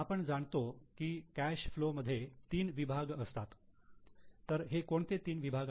आपण जाणतो की कॅश फ्लो मध्ये तीन विभाग असतात तर हे कोणते तीन विभाग